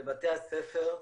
לבתי הספר,